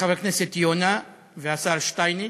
חבר הכנסת יונה והשר שטייניץ,